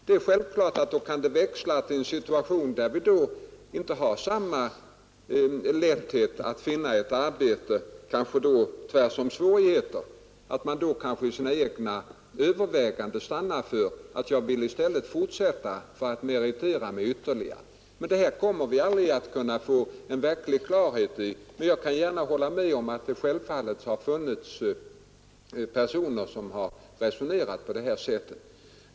Det är självklart att förhållandena då kan växla när vi kommer i en situation, där man inte har lika lätt att finna ett arbete utan det tvärtom är svårt. Då är det naturligt om vederbörande i sina överväganden stannar för att fortsätta studierna för att meritera sig ytterligare, men den saken kommer vi aldrig att kunna få någon verklig klarhet i. Naturligtvis har det funnits personer som har resonerat på det sättet.